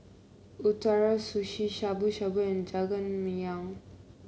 Ootoro Sushi Shabu Shabu and Jajangmyeon